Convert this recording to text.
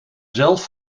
zelf